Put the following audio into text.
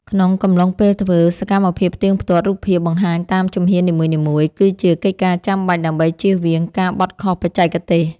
ក្នុងកំឡុងពេលធ្វើ សកម្មភាពផ្ទៀងផ្ទាត់រូបភាពបង្ហាញតាមជំហាននីមួយៗ គឺជាកិច្ចការចាំបាច់ដើម្បីចៀសវាងការបត់ខុសបច្ចេកទេស។